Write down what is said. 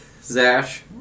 Zash